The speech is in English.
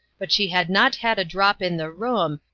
but she had not had a drop in the room,